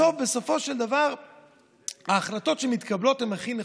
בסופו של דבר ההחלטות שמתקבלות הן הכי נכונות.